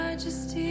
Majesty